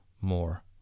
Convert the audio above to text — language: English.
more